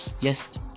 yes